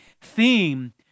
theme